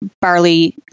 barley